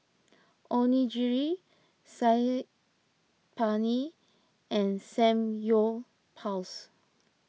Onigiri Saag Paneer and Samgyeopsal